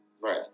Right